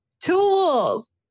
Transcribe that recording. tools